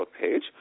page